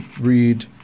read